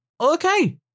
okay